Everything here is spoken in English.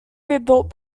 rebuilt